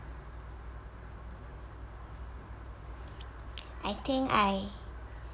I think I